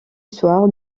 soir